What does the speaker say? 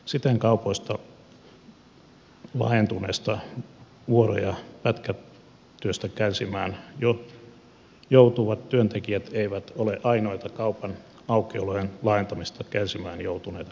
siten laajentuneista vuoro ja pätkätyöstä kärsimään joutuvat työntekijät eivät ole ainoita kaupan aukiolojen laajentamisesta kärsimään joutuneet kansalaiset